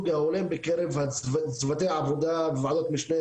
ההולם בקרב צוותי העבודה בוועדות משנה,